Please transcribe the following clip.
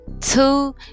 two